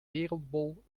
wereldbol